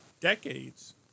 decades